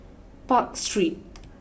Park Street